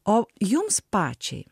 o jums pačiai